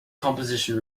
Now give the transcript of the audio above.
composition